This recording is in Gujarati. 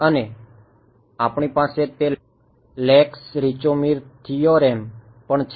અને આપણી પાસે તે લેક્સ રિચૉમીર થિયોરેમ પણ છે